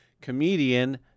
comedian